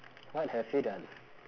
what have you done